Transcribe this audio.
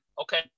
Okay